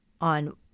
on